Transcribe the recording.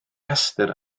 rhestr